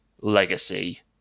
legacy